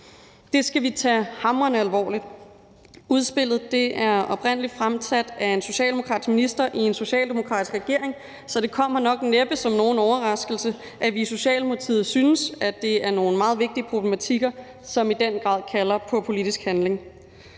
Det skal vi tage hamrende alvorligt. Udspillet er oprindelig fremsat af en socialdemokratisk minister i en socialdemokratisk regering, så det kommer næppe som nogen overraskelse, at vi i Socialdemokratiet synes, det er nogle meget vigtige problematikker, som i den grad kalder på politisk handling.